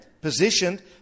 positioned